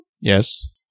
Yes